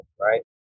right